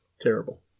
Terrible